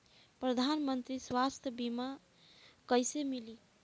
प्रधानमंत्री स्वास्थ्य बीमा कइसे मिली?